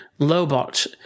Lobot